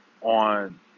on